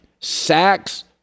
Sacks